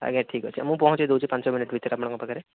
ଆଜ୍ଞା ଠିକ୍ ଅଛି ମୁଁ ପହଁଚେଇ ଦେଉଛି ପାଞ୍ଚ ମିନିଟ୍ ଭିତରେ ଆପଣଙ୍କ ପାଖରେ